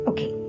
Okay